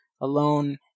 alone